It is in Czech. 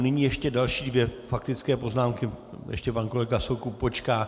Nyní ještě další dvě faktické poznámky, ještě pan kolega Soukup počká.